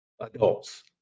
adults